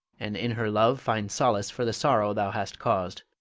and in her love find solace for the sorrow thou hast caused.